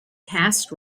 cast